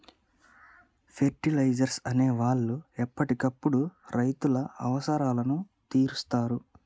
fertilisers అనే వాళ్ళు ఎప్పటికప్పుడు రైతుల అవసరాలను తీరుస్తారు